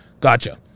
gotcha